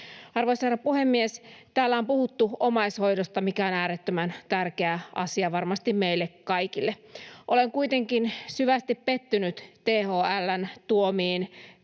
Arvoisa herra puhemies! Täällä on puhuttu omaishoidosta, mikä on äärettömän tärkeä asia varmasti meille kaikille. Olen kuitenkin syvästi pettynyt THL:n tuomiin